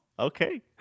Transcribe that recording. Okay